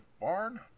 barn